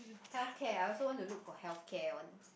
healthcare I also want to look for healthcare one